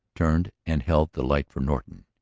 turned, and held the light for norton.